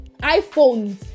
iPhones